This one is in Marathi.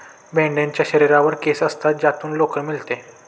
मेंढ्यांच्या शरीरावर केस असतात ज्यातून लोकर मिळते